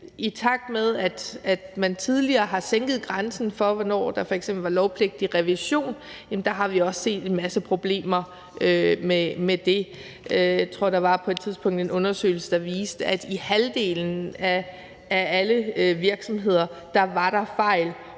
I takt med at man tidligere har sænket grænsen for, hvornår der f.eks. var lovpligtig revision, har vi også set, at der har været en masse problemer med det. Jeg tror, at der på et tidspunkt var en undersøgelse, der viste, at der i halvdelen af alle virksomheder var fejl,